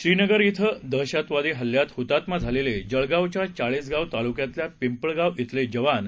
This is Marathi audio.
श्रीनगर इथं दहशतवादी हल्ल्यात हतात्मा झालेले जळगावच्या चाळीसगाव तालुक्यातल्या पिंपळगाव इथले शहीद जवान